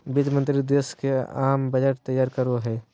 वित्त मंत्रि देश के आम बजट तैयार करो हइ